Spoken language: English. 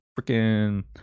Freaking